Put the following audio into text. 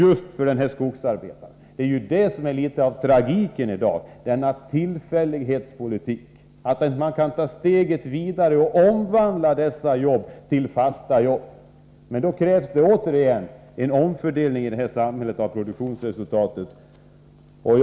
En del av tragiken i det som sker i dag är denna ”tillfällighetspolitik” — att man inte kan ta steget vidare och omvandla dessa jobb till fasta arbeten. Men för det krävs det återigen en omfördelning av produktionsresultatet i det här samhället.